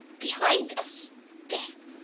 behind us death,